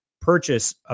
purchase